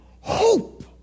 Hope